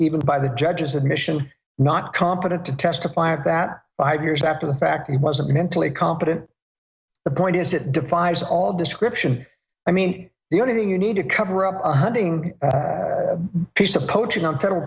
even by the judge's admission not competent to testify or that five years after the fact he wasn't mentally competent the point is it defies all description i mean the only thing you need to cover up a hunting piece of poaching on federal